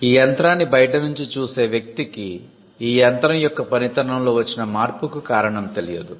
ఈ యంత్రాన్ని బయటనుంచి చూసే వ్యక్తికి ఈ యంత్రం యొక్క పనితనం లో వచ్చిన మార్పుకు కారణం తెలియదు